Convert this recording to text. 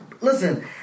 listen